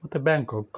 ಮತ್ತು ಬ್ಯಾಂಕಾಕ್